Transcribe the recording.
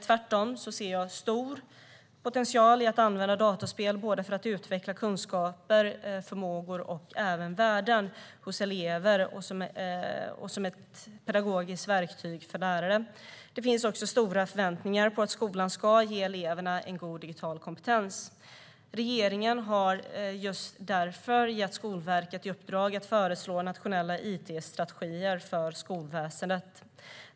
Tvärtom ser jag en stor potential i att använda datorspel för att utveckla kunskaper, förmågor och värden hos elever, och jag ser det även som ett pedagogiskt verktyg för lärare. Det finns också stora förväntningar på att skolan ska ge eleverna en god digital kompetens. Regeringen har därför gett Skolverket i uppdrag att föreslå nationella it-strategier för skolväsendet.